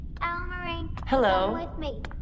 Hello